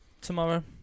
tomorrow